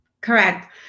Correct